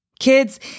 Kids